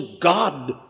God